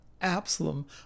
Absalom